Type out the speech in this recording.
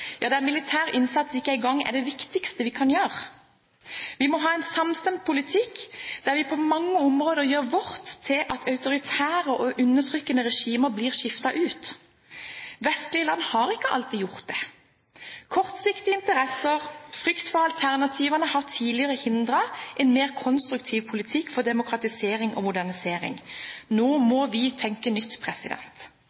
ja der militær innsats ikke engang er det viktigste vi kan gjøre. Vi må ha en samstemt politikk, der vi på mange områder gjør vårt for at autoritære og undertrykkende regimer blir skiftet ut. Vestlige land har ikke alltid gjort det. Kortsiktige interesser og frykt for alternativene har tidligere hindret en mer konstruktiv politikk for demokratisering og modernisering. Nå må